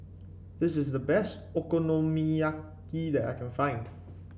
this is the best Okonomiyaki that I can find